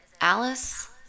Alice